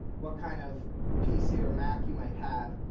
what kind of pc or mac, you might have